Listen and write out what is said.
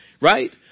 Right